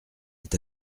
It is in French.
est